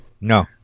No